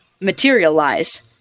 materialize